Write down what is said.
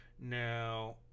Now